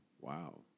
Wow